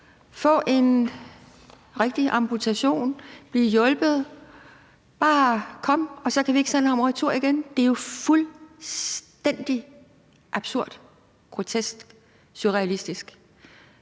få en rigtig amputation, bliv hjulpet, bare kom! Og så kan vi ikke sende ham retur igen. Det er jo fuldstændig absurd, grotesk og surrealistisk.